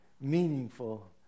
meaningful